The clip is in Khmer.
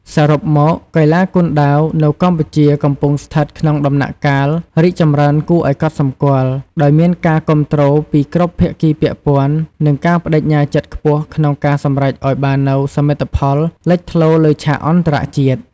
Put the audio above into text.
សរុបមក កីឡាគុនដាវនៅកម្ពុជាកំពុងស្ថិតក្នុងដំណាក់កាលរីកចម្រើនគួរឱ្យកត់សម្គាល់ ដោយមានការគាំទ្រពីគ្រប់ភាគីពាក់ព័ន្ធ និងការប្តេជ្ញាចិត្តខ្ពស់ក្នុងការសម្រេចអោយបាននូវសមិទ្ធផលលេចធ្លោលើឆាកអន្តរជាតិ។